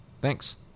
Thanks